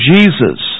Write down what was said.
Jesus